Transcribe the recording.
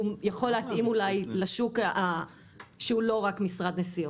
שיכול להתאים אולי לשוק שהוא לא רק משרד נסיעות.